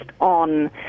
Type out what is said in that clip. on